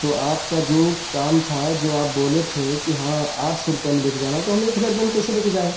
तो आपका जो काम था जो आप बोले थे कि हाँ आठ सौ रुपया में लेकर जाना है तो हम एक हज़ार रुपया में कैसे लेकर जाएँ